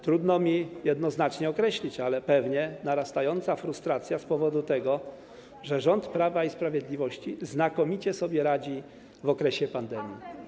Trudno mi jednoznacznie określić, ale pewnie narastająca frustracja z powodu tego, że rząd Prawa i Sprawiedliwości znakomicie sobie radzi w okresie pandemii.